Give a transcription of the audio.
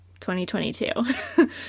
2022